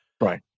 Right